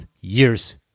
years